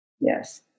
Yes